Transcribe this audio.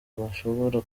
bashobora